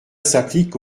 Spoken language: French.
s’applique